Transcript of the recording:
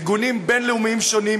ארגונים בין-לאומיים שונים,